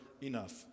enough